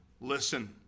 listen